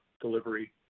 delivery